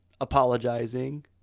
apologizing